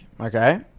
Okay